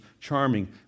charming